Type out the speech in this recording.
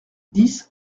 dix